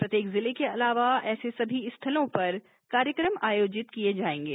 प्रत्येक जिले के अलावा ऐसे सभी स्थलों पर कार्यक्रम आयोजित किये जायेंगे